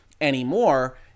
anymore